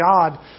God